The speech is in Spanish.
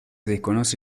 desconoce